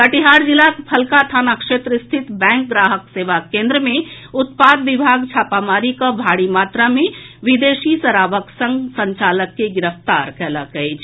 कटिहार जिलाक फलका थाना क्षेत्र रिथित बैंक ग्राहक सेवा केन्द्र मे उत्पाद विभाग छापामारी कऽ भारी मात्रा मे विदेशी शराबक संग संचालक के गिरफ्तार कयलक अछि